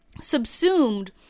subsumed